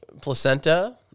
placenta